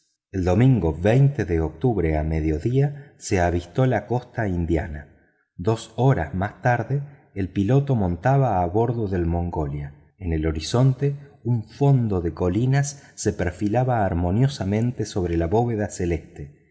el domingo de octubre a mediodía se avistó la costa hindú dos horas más tarde el piloto montaba a bordo del mongolia en el horizonte un fondo de colinas se perfilaba armoniosamente sobre la bóveda celeste